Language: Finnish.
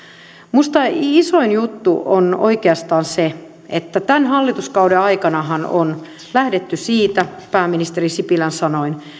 minusta isoin juttu on oikeastaan se että tämän hallituskauden aikanahan on lähdetty siitä pääministeri sipilän sanoin